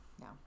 No